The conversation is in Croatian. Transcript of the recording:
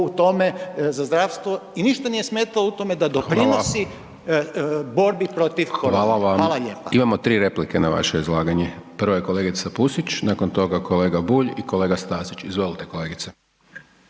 u tome za zdravstvo i ništa nije smetalo u tome da doprinosi …/Upadica: Hvala/…borbi protiv korone. Hvala lijepa. **Hajdaš Dončić, Siniša (SDP)** Imamo 3 replike na vaše izlaganje. Prva je kolegica Pusić, nakon toga kolega Bulj i kolega Stazić. Izvolite kolegice.